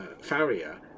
Farrier